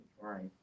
Right